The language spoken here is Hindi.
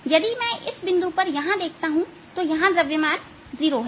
यदि मैं इस बिंदु पर यहां देखता हूं तो यहां द्रव्यमान 0 है